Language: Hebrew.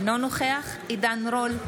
אינו נוכח עידן רול,